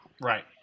right